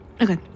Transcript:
Okay